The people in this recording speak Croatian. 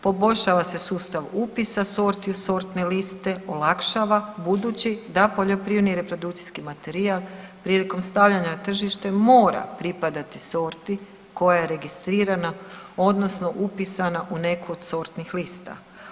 Poboljšava se sustav upisa sorti u sortne liste, olakšava budući da poljoprivredni reprodukcijski materijal prilikom stavljanja na tržište mora pripadati sorti koja je registrirana odnosno upisana u neku od sortnih lista.